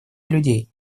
людей